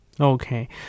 okay